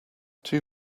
two